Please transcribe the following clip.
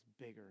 bigger